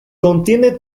contiene